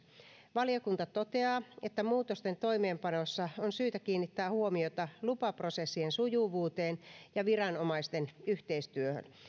valiokunta toteaa että muutosten toimeenpanossa on syytä kiinnittää huomiota lupaprosessien sujuvuuteen ja viranomaisten yhteistyöhön